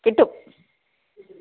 കിട്ടും